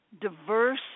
diverse